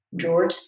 George